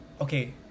okay